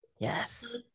Yes